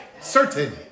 Certain